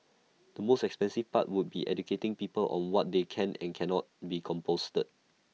the most expensive part would be educating people on what they can and cannot be composted